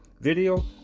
video